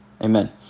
Amen